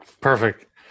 Perfect